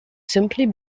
simply